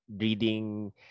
reading